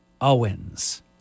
Owens